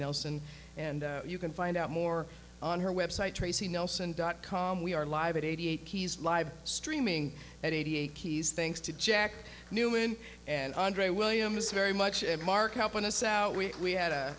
nelson and you can find out more on her website tracy nelson dot com we are live at eighty eight keys live streaming at eighty eight keys thanks to jack newman and andre williams very much ed markey helping us out we had